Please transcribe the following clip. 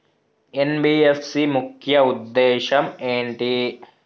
NBFC ముఖ్య ఉద్దేశం ఏంటి?